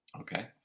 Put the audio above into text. Okay